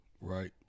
right